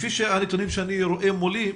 לפי הנתונים שאני רואה מולי,